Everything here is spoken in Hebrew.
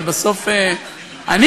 אבל בסוף אני,